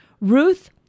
Ruth